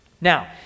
Now